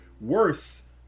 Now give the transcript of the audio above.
worse